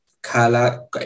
color